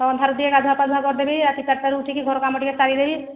ତ ଅନ୍ଧାରୁ ଟିକେ ଗାଧୁଆ ପାଧୁଆ କରିଦେବି ରାତି ଚାରଟାରୁ ଉଠିକି ଘର କାମ ଟିକେ ସାରି ଦେବି